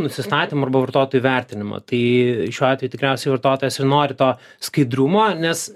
nusistatymų arba vartotojų vertinimą tai šiuo atveju tikriausiai vartotojas ir nori to skaidrumo nes